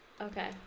Okay